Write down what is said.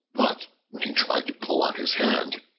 but when he tried to pull out his hand,